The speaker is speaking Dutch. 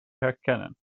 herkennen